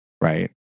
Right